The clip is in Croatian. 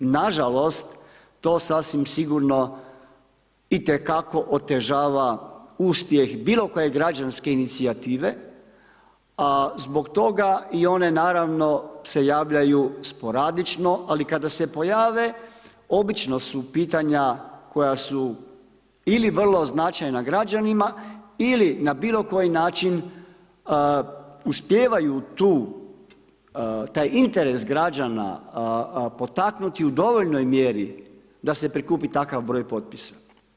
Nažalost, to sasvim sigurno itekako otežava uspjeh bilo koje građanske inicijative, a zbog toga i one naravno, se javljaju sporadično, ali kada se pojave obično su pitanja koja su ili vrlo značajna građanima ili na bilo koji način uspijevaju tu, taj interes građana potaknuti u dovoljnoj mjeri da se prikupi takav broj potpisa.